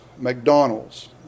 McDonald's